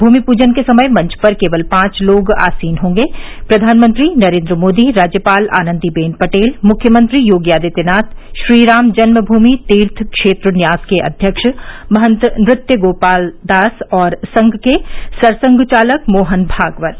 भूमि पूजन के समय मंच पर केवल पांच लोग आसीन होंगे प्रधानमंत्री नरेंद्र मोदी राज्यपाल आनंदीबेन पटेल मुख्यमंत्री योगी आदित्यनाथ श्रीराम जन्मभूमि तीर्थ क्षेत्र न्यास के अध्यक्ष महंत नृत्य गोपाल दास और संघ के सरसंघ चालक मोहन भागवत